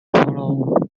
fellow